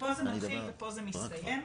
שפה זה מתחיל ופה זה מסתיים.